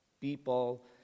people